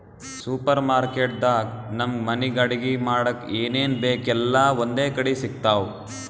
super market ದಾಗ್ ನಮ್ಗ್ ಮನಿಗ್ ಅಡಗಿ ಮಾಡಕ್ಕ್ ಏನೇನ್ ಬೇಕ್ ಎಲ್ಲಾ ಒಂದೇ ಕಡಿ ಸಿಗ್ತಾವ್